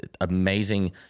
amazing